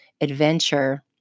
adventure